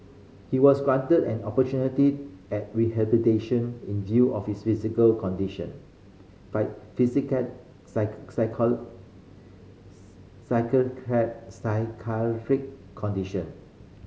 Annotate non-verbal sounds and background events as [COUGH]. he was granted an opportunity at rehabilitation in view of his physical condition [UNINTELLIGIBLE] psychiatric condition